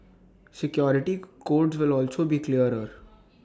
security codes will also to be clearer